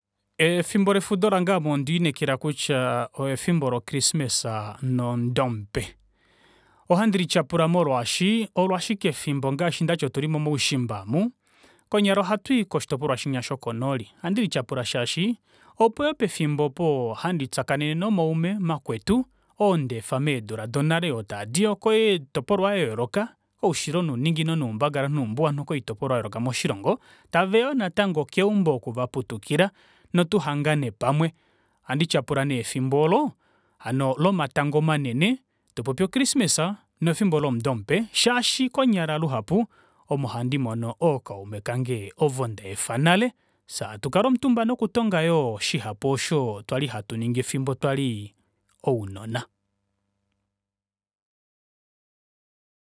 Eefimbo lefudo lange aame onde lineekela kutyaa efimbo lo christmas nomudo mupe. Ohandi lityapula molwaashii olo ashike efimbo ngaashi ndati otuli momaushimba omu, konyala ohatu twii koshitopolwa shinya shoko nooli oha ndilityapula shaashi opo yoo pefimbo opo handi shakanene nomaume makwetu oo ndaefa nale meedula donale oo tadi yoo koitopolwa ya yooloka koushilo nouninginino noumbangalanhu noumbuwanhu koitopolwa yayooloka moshilongo taveya natango keumbo oku vaputukila notuhangane pamwe ohandi tyapula nee efimbo oolo hano lomatango manene, hatu popi o christmas nefimbo lomudo mupe shaashi konyala luhapu omo handi mono oo kaume kange ovo ndaefa nale fyee hatu kala omutumba noku tonga yoo shihapu oosho kwali hatu ningi efimbo twali ounona.